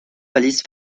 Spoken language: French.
valise